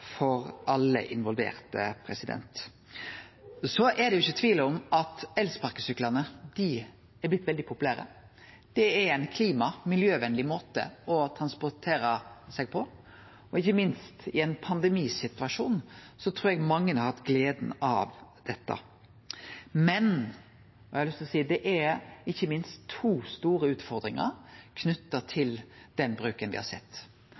for alle involverte. Så er det ikkje tvil om at elsparkesyklane er vortne veldig populære. Det er ein klima- og miljøvenleg måte å transportere seg på, og ikkje minst i ein pandemisituasjon trur eg mange har hatt gleda av dette. Men eg har lyst til å seie at det er minst to store utfordringar knytte til den bruken me har sett.